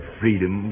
freedom